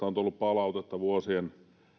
on tullut palautetta vuosien